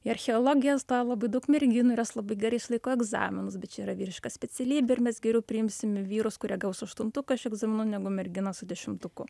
į archeologiją stoja labai daug merginų ir jos labai gerai išlaiko egzaminus bet čia yra vyriška specialybė ir mes geriau priimsim vyrus kurie gaus aštuntuką iš egzaminų negu merginas su dešimtuku